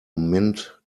mint